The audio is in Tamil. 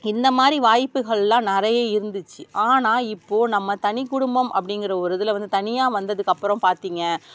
இந்த மாதிரி வாய்ப்புகள்லாம் நிறைய இருந்துச்சு ஆனால் இப்போது நம்ம தனி குடும்பம் அப்படிங்கற ஒரு இதில் வந்து தனியாக வந்ததுக்கப்புறம் பார்த்தீங்க